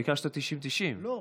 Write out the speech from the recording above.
ביקשת 90-90. לא,